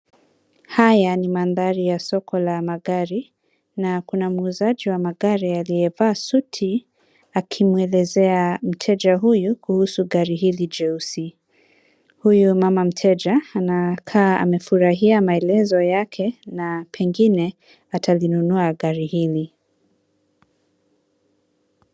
Haya ni mandhari ya soko la magari na kuna muuzaji wa magari aliyevaa suti akimwelezea mteja huyu kuhusu gari hili jeusi. Huyu mama mteja anakaa amefurahia maelezo yake na pengine atalinunua gari hili.